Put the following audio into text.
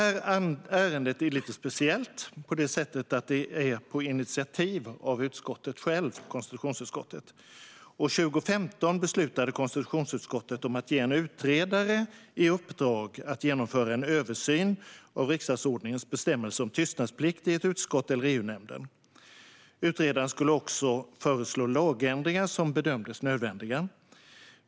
Detta ärende är lite speciellt på det sättet att det är ett initiativ av konstitutionsutskottet självt. År 2015 beslutade konstitutionsutskottet att ge en utredare i uppdrag att genomföra en översyn av riksdagsordningens bestämmelser om tystnadsplikt i ett utskott eller i EU-nämnden. Utredaren skulle också föreslå lagändringar som bedömdes nödvändiga.